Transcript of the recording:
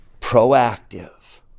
proactive